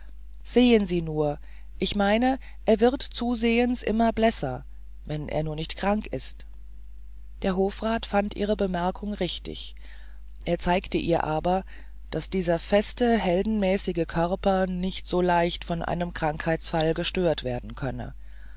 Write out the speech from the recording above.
sehen sie nur ich meine er wird zusehends immer blässer wenn er nur nicht krank wird der hofrat fand ihre bemerkung richtig er zeigte ihr aber wie dieser feste heldenmäßige körper nicht so leicht von einem krankheitsanfall gestört werden könne